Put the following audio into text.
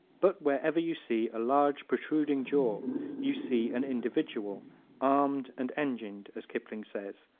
but wherever you see a large protruding jaw you see an individual armed and engined, as kipling says,